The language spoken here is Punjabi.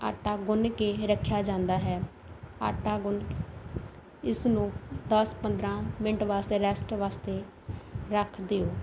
ਆਟਾ ਗੁੰਨ ਕੇ ਰੱਖਿਆ ਜਾਂਦਾ ਹੈ ਆਟਾ ਗੁੰਨ ਇਸ ਨੂੰ ਦਸ ਪੰਦਰਾਂ ਮਿੰਟ ਵਾਸਤੇ ਰੈਸਟ ਵਾਸਤੇ ਰੱਖ ਦਿਓ